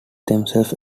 themselves